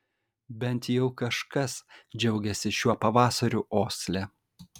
bent jau kažkas džiaugėsi šiuo pavasariu osle